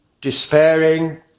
despairing